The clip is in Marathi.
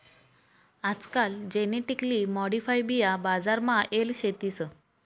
आजकाल जेनेटिकली मॉडिफाईड बिया बजार मा येल शेतीस